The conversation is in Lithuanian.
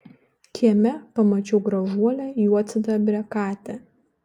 kieme pamačiau gražuolę juodsidabrę katę